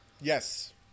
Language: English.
yes